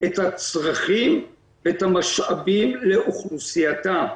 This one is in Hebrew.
את הצרכים, את המשאבים לאוכלוסייתה.